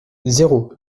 zéro